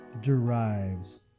derives